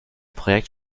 projekt